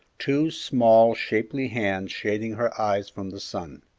two small, shapely hands shading her eyes from the sun.